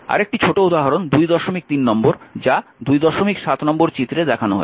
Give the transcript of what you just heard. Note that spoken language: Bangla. আরেকটি ছোট উদাহরণ 23 নম্বর যা 27 নম্বর চিত্রে দেখানো হয়েছে